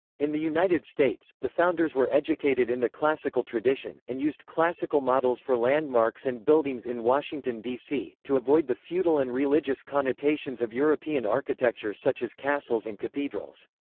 in the united states, the founders were educated in the classical tradition, and used classical models for landmarks and buildings in washington, d c, to avoid the feudal and religious connotations of european architecture such as castles and cathedrals.